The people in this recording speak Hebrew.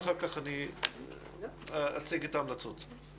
ואחר כך אני אציג את ההמלצות שלנו.